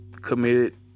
committed